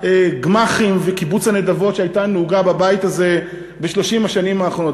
הגמ"חים וקיבוץ הנדבות שהייתה נהוגה בבית הזה ב-30 השנים האחרונות.